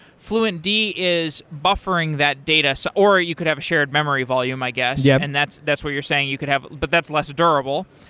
fluentd is buffering that data, so or you could have a shared memory volume, i guess, yeah and that's that's where you're saying you could have but that's less durable.